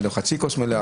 על חצי הכוס המלאה,